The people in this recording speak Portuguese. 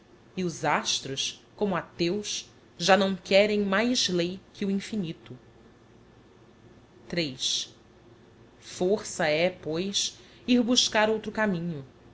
e os astros como atheus já não querem mais lei que o infinito iii força é pois ir buscar outro caminho